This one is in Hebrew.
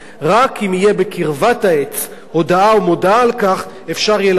רק אם יהיו בקרבת העץ הודעה או מודעה על כך אפשר יהיה לדעת,